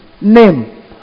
name